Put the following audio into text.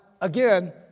again